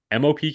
MOP